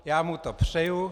Já mu to přeju.